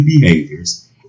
behaviors